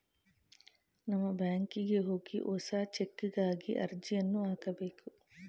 ನಮ್ಮ ಬ್ಯಾಂಕಿಗೆ ಹೋಗಿ ಹೊಸ ಚೆಕ್ಬುಕ್ಗಾಗಿ ಅರ್ಜಿಯನ್ನು ಹಾಕಬೇಕು